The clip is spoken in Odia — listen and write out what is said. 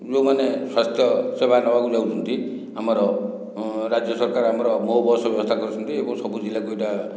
ଯେଉଁମାନେ ସ୍ୱାସ୍ଥ୍ୟ ସେବା ନେବାକୁ ଯାଉଛନ୍ତି ଆମର ରାଜ୍ୟ ସରକାର ଆମର ମୋ ବସ୍ ବ୍ୟବସ୍ଥା କରିଛନ୍ତି ଏବଂ ସବୁ ଜିଲ୍ଲାକୁ ଏହିଟା